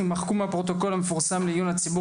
יימחקו מהפרוטוקול המפורסם לעיון הציבור